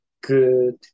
good